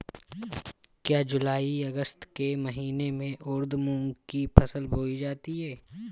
क्या जूलाई अगस्त के महीने में उर्द मूंग की फसल बोई जाती है?